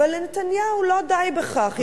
אבל לנתניהו לא די בכך,